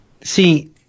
see